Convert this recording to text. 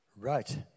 Right